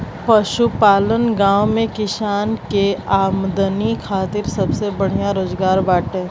पशुपालन गांव में किसान के आमदनी खातिर सबसे बढ़िया रोजगार बाटे